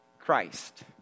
Christ